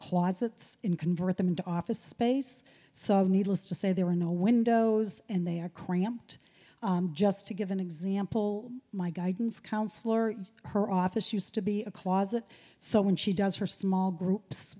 closets and convert them into office space so needless to say there were no windows and they are cramped just to give an example my guidance counsellor her office used to be a closet so when she does her small